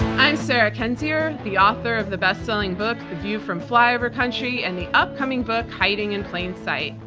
i'm sarah kendzior, the author of the bestselling book the view from flyover country and the upcoming book hiding in plain sight.